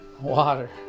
water